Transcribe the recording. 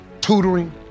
tutoring